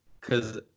cause